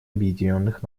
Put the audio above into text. объединенных